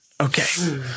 Okay